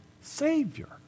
Savior